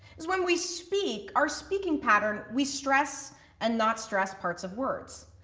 cause when we speak, our speaking pattern we stress and not stress parts of words.